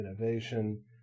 innovation